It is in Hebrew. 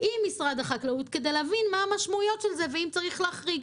עם משרד החקלאות כדי להבין מה המשמעויות של זה ואם צריך להחריג.